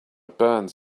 burns